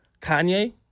Kanye